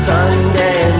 Sunday